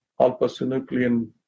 alpha-synuclein